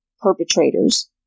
perpetrators